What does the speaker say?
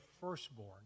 firstborn